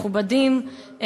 מכובדים,